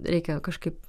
reikia kažkaip